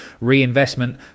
Reinvestment